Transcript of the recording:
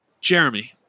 Jeremy